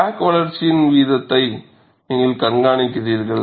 crack வளர்ச்சியின் வீதத்தை நீங்கள் கண்காணிக்கிறீர்கள்